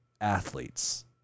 athletes